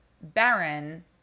Baron